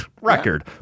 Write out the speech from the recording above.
record